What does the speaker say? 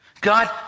God